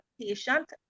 patient